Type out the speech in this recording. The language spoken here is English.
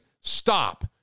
stop